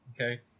Okay